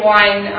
one